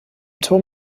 turm